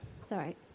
sorry